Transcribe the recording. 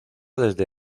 desde